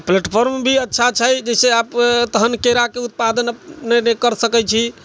platform भी अच्छा छै जाहिसे आब तखन केराके उत्पादन अपने करि सकै छी